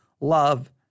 Love